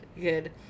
good